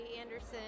Anderson